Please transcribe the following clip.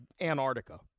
Antarctica